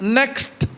next